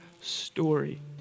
story